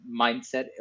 mindset